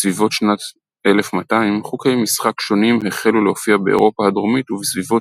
בסביבות שנת 1200 חוקי משחק שונים החלו להופיע באירופה הדרומית ובסביבות